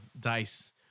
Dice